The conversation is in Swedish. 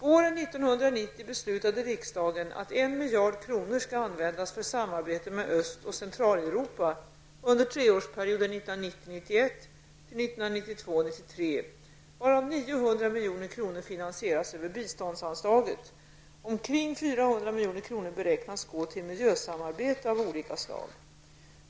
Våren 1990 beslutade riksdagen att en miljard kronor skall användas för samarbete med Öst och 1992/93, varav 900 milj.kr. finansieras över biståndsanslaget. Omkring 400 milj.kr. beräknas gå till miljösamarbete av olika slag.